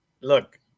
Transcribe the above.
Look